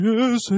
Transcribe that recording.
Yes